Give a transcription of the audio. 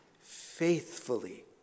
faithfully